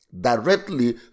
directly